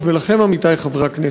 היושב-ראש, ולכם, עמיתי חברי הכנסת,